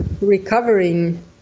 recovering